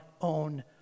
own